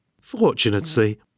Fortunately